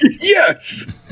Yes